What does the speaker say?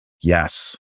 Yes